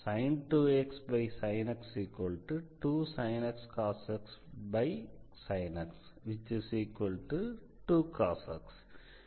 sin 2x sin x 2 sin x cos x sin x 2 cos x